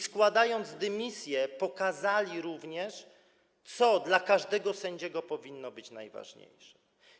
Składając dymisję, pokazali, co dla każdego sędziego powinno być najważniejsze.